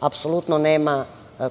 apsolutno nema